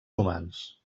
humans